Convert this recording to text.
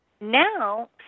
now